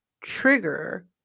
trigger